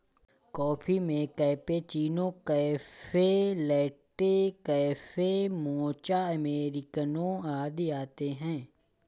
coffee में cappuccino, cafe latte, cafe mocha, अमेरिकनों आदि आते है